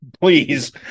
please